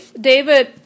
David